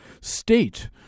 state